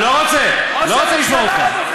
לא רוצה, לא רוצה לשמוע אותך.